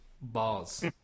Balls